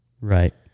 Right